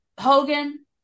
Hogan